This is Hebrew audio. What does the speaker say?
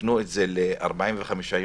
ותיקנו את זה ל-45 ימים,